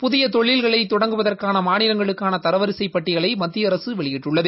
புதிய தொழில்களை தொடங்குவதற்கான மாநிலங்களுக்கான தரவரிசைப் பட்டியலை மத்திய அரசு வெளியிட்டுள்ளது